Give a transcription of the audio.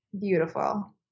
beautiful